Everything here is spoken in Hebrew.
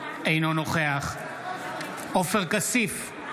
אינו נוכח עופר כסיף,